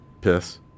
Piss